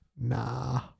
nah